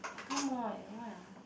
two more eh why ah